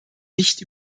nicht